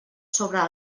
sobre